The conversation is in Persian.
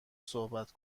صحبت